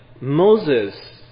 Moses